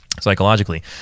psychologically